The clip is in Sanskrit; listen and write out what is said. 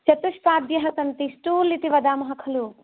चतुष्पाद्यः सन्ति स्टूल् इति वदामः खलु